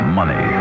money